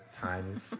times